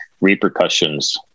repercussions